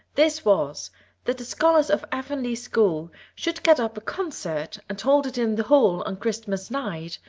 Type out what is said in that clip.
this was that the scholars of avonlea school should get up a concert and hold it in the hall on christmas night,